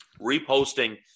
Reposting